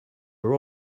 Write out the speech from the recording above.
are